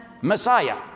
Messiah